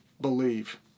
believe